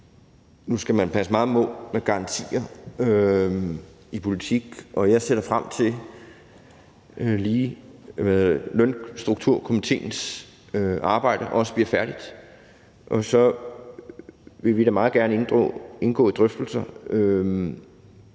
Nu skal man passe meget på med garantier i politik. Jeg ser da frem til, at lønstrukturkomitéens arbejde bliver færdigt, og så vil vi da meget gerne indgå i drøftelser